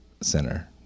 center